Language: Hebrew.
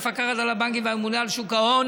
המפקחת על הבנקים והממונה על שוק ההון